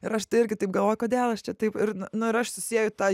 nu ir aš tada irgi taip galvoju kodėl aš čia taip ir nu ir aš susieju tą